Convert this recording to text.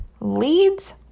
leads